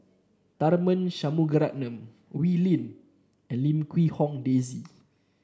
Tharman Shanmugaratnam Wee Lin and Lim Quee Hong Daisy